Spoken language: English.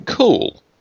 Cool